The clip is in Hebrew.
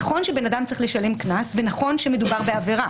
נכון שבן אדם צריך לשלם קנס ונכון שמדובר בעבירה,